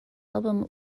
album